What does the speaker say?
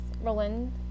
Roland